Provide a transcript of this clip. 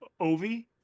Ovi